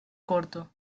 cortos